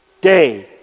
day